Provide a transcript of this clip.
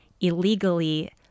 illegally